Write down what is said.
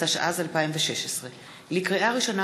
התשע"ז 2016. לקריאה ראשונה,